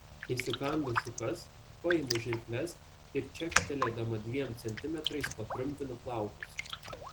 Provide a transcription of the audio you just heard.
įsikandu šukas paimu žirkles ir čekštelėdama dviem centimetrais patrumpinu plaukus